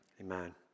Amen